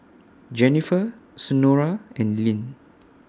Jennifer Senora and Lynne